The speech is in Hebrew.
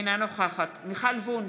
אינה נוכחת מיכל וונש,